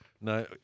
No